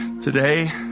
today